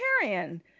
vegetarian